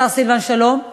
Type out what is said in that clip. השר סילבן שלום,